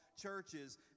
churches